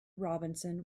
robinson